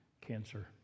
cancer